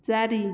ଚାରି